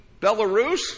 Belarus